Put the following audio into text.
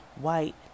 white